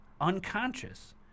Unconscious